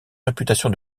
réputation